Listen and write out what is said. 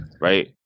Right